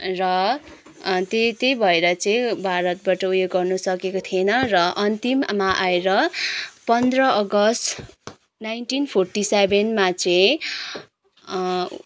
र त्यही त्यही भएर चाहिँ भारतबाट उयो गर्न सकेको थिएन र अन्तिममा आएर पन्ध्र अगस्ट नाइन्टिन फोर्टी सेभेनमा चाहिँ